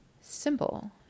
simple